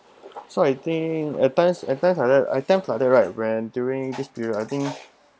so I think at times at times like that at time like that right when during this period I think